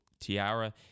tiara